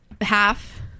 half